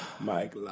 Mike